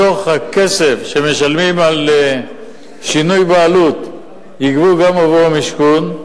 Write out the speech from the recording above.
בתוך סכום הכסף שמשלמים על שינוי בעלות יגבו גם עבור מידע בדבר משכון,